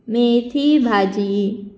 मेथी भाजी